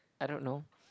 I don't know